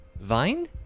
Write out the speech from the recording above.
Vine